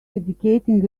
dedicating